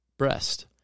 Breast